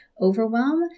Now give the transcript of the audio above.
overwhelm